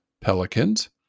pelicans